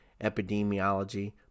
epidemiology